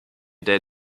der